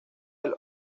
del